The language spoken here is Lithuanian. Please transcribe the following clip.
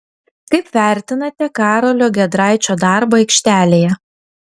kaip vertinate karolio giedraičio darbą aikštelėje